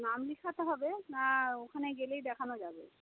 নাম লেখাতে হবে না ওখানে গেলেই দেখানো যাবে